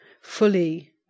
fully